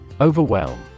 Overwhelm